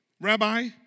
Rabbi